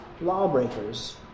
lawbreakers